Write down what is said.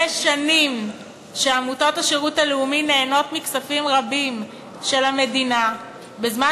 זה שנים שעמותות השירות הלאומי נהנות מכספים רבים של המדינה בזמן